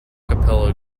capella